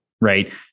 right